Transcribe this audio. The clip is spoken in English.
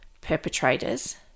perpetrators